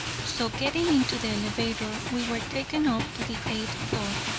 so getting into the elevator we were taken up to the eighth floor.